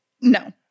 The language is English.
No